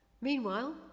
Meanwhile